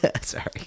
sorry